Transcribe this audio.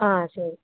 ആ ശരി